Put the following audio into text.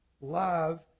Love